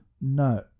No